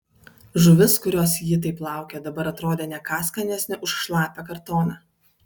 žuvis kurios ji taip laukė dabar atrodė ne ką skanesnė už šlapią kartoną